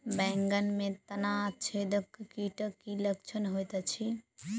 बैंगन मे तना छेदक कीटक की लक्षण होइत अछि?